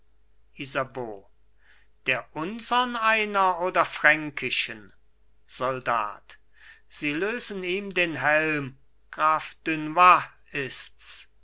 der unsern einer oder fränkischen soldat sie lösen ihm den helm graf dunois ists